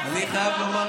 אתה בעצמך